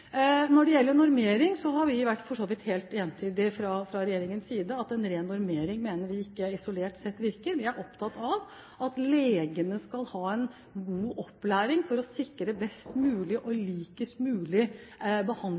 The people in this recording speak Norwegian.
Når det gjelder normering, har vi for så vidt fra regjeringens side vært helt entydige på at en ren normering isolert sett ikke virker. Vi er opptatt av at legene skal ha en god opplæring for å sikre best mulig og mest mulig lik behandling